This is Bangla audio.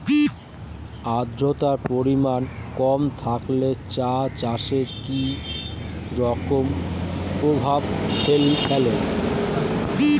আদ্রতার পরিমাণ কম থাকলে চা চাষে কি রকম প্রভাব ফেলে?